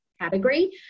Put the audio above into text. category